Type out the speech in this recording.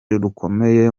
rukomeye